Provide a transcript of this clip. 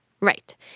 Right